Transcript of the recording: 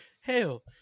Hell